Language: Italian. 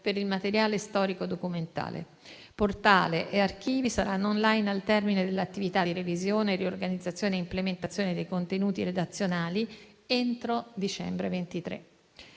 per il materiale storico-documentario. Portale e archivi saranno *online* al termine dell'attività di revisione, riorganizzazione e implementazione dei contenuti redazionali, entro dicembre 2023.